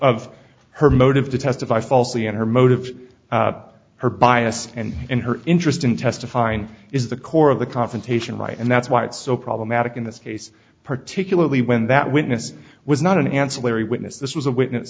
of her motive to testify falsely and her motive her bias and her interest in testifying is the core of the confrontation right and that's why it's so problematic in this case particularly when that witness was not an ancillary witness this was a witness